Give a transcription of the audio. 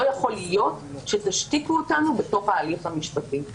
לא יכול להיות שתשתיקו אותנו בתוך ההליך המשפטי.